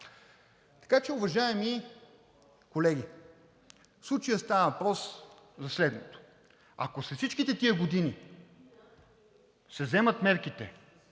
Така че, уважаеми колеги, в случая става въпрос за следното, ако след всичките тези години се вземат мерки